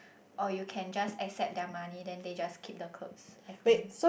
or you can just accept their money then they just keep the clothes I think